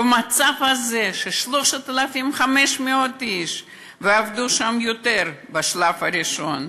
במצב הזה ש-3,500 איש, ועבדו שם יותר בשלב הראשון,